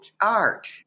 art